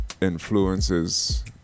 influences